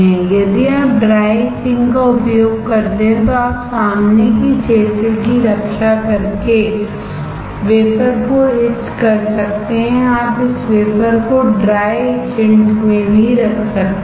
यदि आप ड्राइ इचिंगका उपयोग करते हैं तो आप सामने के क्षेत्र की रक्षा करके वेफरको इच कर सकते हैं आप इस वेफर को Dry Etchant में भी रख सकते हैं